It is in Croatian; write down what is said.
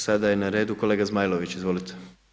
Sada je na redu kolega Zmajlović, izvolite.